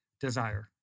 desire